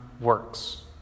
works